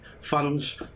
funds